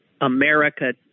America